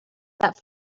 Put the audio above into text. that